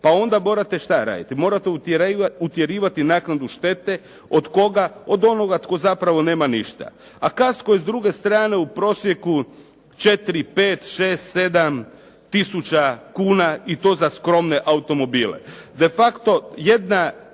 Pa onda morate što raditi? Morate utjerivati naknadu štete. Od koga? Od onog tko zapravo nema ništa. A "Kasko" je s druge strana u prosjeku 4, 5, 6, 7 tisuća kuna i to za skromne automobile. De facto jedna